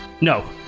No